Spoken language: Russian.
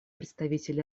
представитель